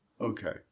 Okay